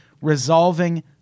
resolving